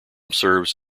serves